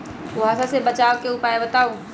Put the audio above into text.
कुहासा से बचाव के उपाय बताऊ?